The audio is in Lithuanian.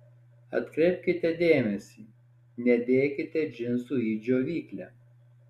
atkreipkite dėmesį nedėkite džinsų į džiovyklę